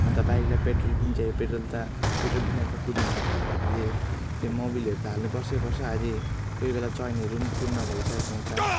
अन्त बाइकलाई पेट्रोल पनि चाहियो पेट्रोल त पेट्रोल बिना त कुद्ने होइन बाइक अझै त्यो मोबिलहरू त हाल्नु पर्छै पर्छ अझै कोही बेला चेनहरू पनि पूर्ण भइसकेको हुन्छ